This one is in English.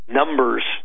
numbers